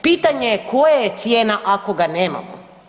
Pitanje je koja je cijena ako ga nemamo.